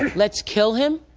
let's kill him?